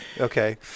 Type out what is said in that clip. Okay